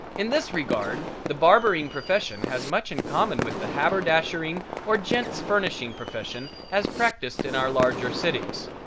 in this regard the barbering profession has much in common with the haberdashering or gents'-furnishing profession as practiced in our larger cities.